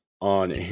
on